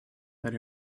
that